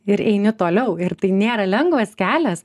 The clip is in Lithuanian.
ir eini toliau ir tai nėra lengvas kelias